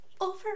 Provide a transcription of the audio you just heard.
Over